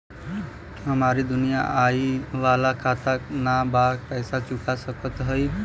हमारी दूसरी आई वाला खाता ना बा पैसा चुका सकत हई?